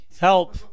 Help